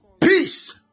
Peace